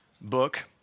book